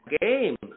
game